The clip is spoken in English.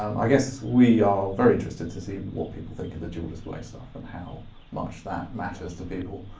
um i guess we are very interested to see what people think of the dual display stuff, and how much that matters to people.